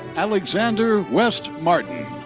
alexander west martin.